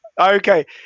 Okay